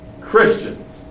Christians